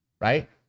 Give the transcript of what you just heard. right